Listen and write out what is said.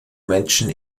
menschen